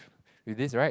with this right